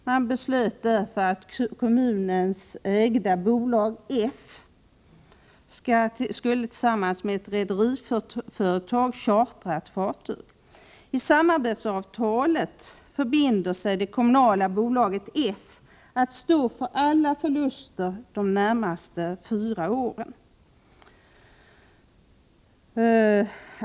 Man beslöt därför att kommunens ägda bolag, F, gällande lagar tillsammans med ett rederiföretag skulle chartra ett fartyg. I samarbetsavtalet förband sig det kommunala bolaget F att stå för alla förluster de närmaste fyra åren.